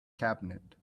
cabinet